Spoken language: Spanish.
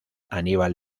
aníbal